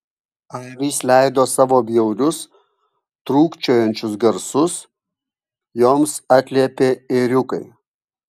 avys leido savo bjaurius trūkčiojančius garsus joms atliepė ėriukai